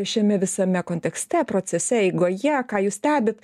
šiame visame kontekste procese eigoje ką jūs stebit